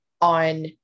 on